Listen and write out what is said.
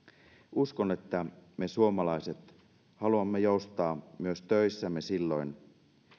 uskon että me suomalaiset haluamme joustaa myös töissämme silloin